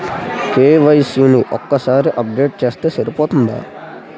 KYC ని ఒక్కసారి update చేస్తే సరిపోతుందా?